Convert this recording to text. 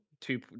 two